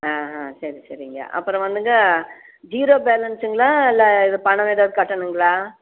ஆ ஆ சரி சரிங்க அப்புறம் வந்துங்க ஜீரோ பேலன்சுங்களா இல்லை எதுவும் பணம் எதாவது கட்டணுங்களா